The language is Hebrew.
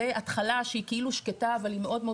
זו התחלה שהיא כאילו שקטה אבל היא מאוד מאוד